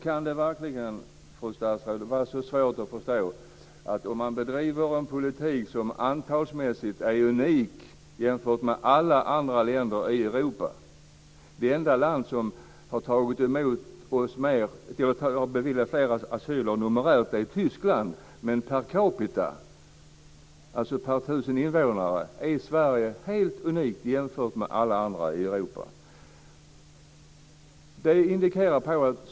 Kan det verkligen, fru statsråd, vara så svårt att förstå att man bedriver en politik som sett till antalet beviljade asyler är unik jämfört med alla andra länder i Europa? Det enda land som har beviljat fler asyler numerärt är Tyskland. Men per capita är Sverige helt unikt jämfört med alla andra länder i Europa.